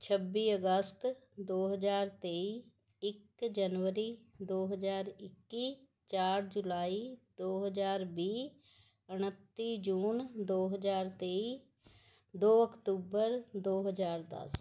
ਛੱਬੀ ਅਗਸਤ ਦੋ ਹਜ਼ਾਰ ਤੇਈ ਇੱਕ ਜਨਵਰੀ ਦੋ ਹਜ਼ਾਰ ਇੱਕੀ ਚਾਰ ਜੁਲਾਈ ਦੋ ਹਜ਼ਾਰ ਵੀਹ ਉਨੱਤੀ ਜੂਨ ਦੋ ਹਜ਼ਾਰ ਤੇਈ ਦੋ ਅਕਤੂਬਰ ਦੋ ਹਜ਼ਾਰ ਦਸ